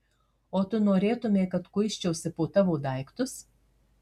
o tu norėtumei kad kuisčiausi po tavo daiktus